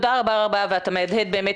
אני אספר סיפור אישי.